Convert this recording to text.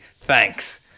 Thanks